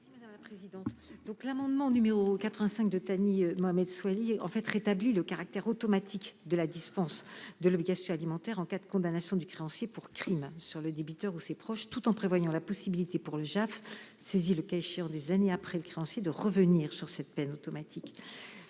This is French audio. l'avis de la commission ? L'amendement n° 85 de Thani Mohamed Soilihi tend à rétablir le caractère automatique de la dispense de l'obligation alimentaire en cas de condamnation du créancier pour crime sur le débiteur ou ses proches, tout en prévoyant la possibilité pour le juge aux affaires familiales, saisi le cas échéant des années après par le créancier, de revenir sur cette peine automatique.